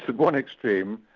one extreme,